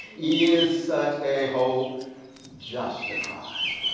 is such a hope justified,